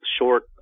short